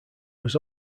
was